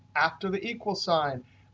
after the equal sign,